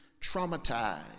traumatized